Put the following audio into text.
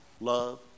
love